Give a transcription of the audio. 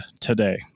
today